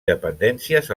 dependències